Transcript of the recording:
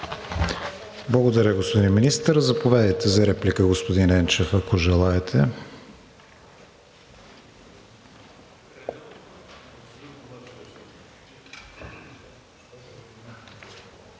Благодаря, господин Министър. Заповядайте за реплика, господин Енчев, ако желаете.